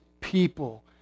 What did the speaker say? people